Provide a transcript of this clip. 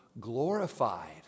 glorified